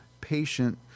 patient